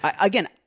Again